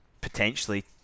potentially